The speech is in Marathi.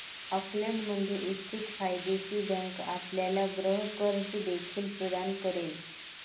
ऑकलंडमध्ये स्थित फायदेशीर बँक आपल्याला गृह कर्ज देखील प्रदान करेल